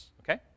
okay